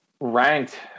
ranked